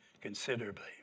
considerably